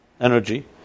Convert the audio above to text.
energy